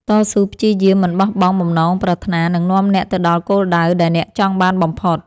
តស៊ូព្យាយាមមិនបោះបង់បំណងប្រាថ្នានឹងនាំអ្នកទៅដល់គោលដៅដែលអ្នកចង់បានបំផុត។